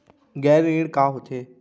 गैर ऋण का होथे?